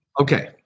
Okay